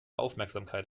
aufmerksamkeit